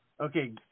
Okay